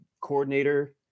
coordinator